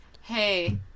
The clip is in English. Hey